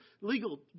legal